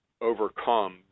overcome